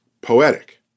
poetic